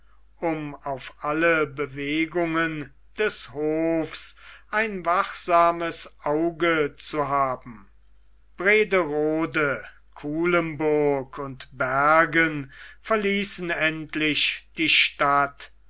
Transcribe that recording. um auf alle bewegungen des hofs ein wachsames auge zu haben brederode kuilemburg und bergen verließen endlich die stadt